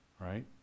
Right